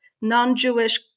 non-Jewish